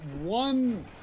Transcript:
one